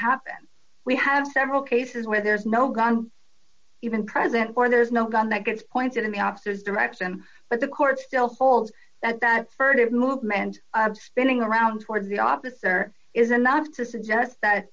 happen we have several cases where there's no gun even present or there's no gun that gets pointed in the opposite direction but the court still holds that that furtive movement i've been around for the officer is enough to suggest that